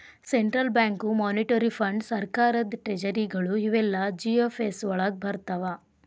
central bank, monetary ಫಂಡ್.ಸರ್ಕಾರದ್ ಟ್ರೆಜರಿಗಳು ಇವೆಲ್ಲಾ ಜಿ.ಎಫ್.ಎಸ್ ವಳಗ್ ಬರ್ರ್ತಾವ